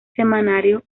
semanario